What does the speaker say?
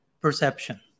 perception